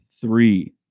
three